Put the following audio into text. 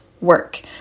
work